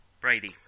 Brady